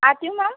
आत येऊ मॅम